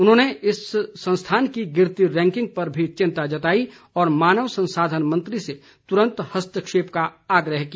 उन्होंने इस संस्थान की गिरती रैंकिंग पर भी चिंता जताई और मानव संसाधन मंत्री से तुरंत हस्तक्षेप का आग्रह किया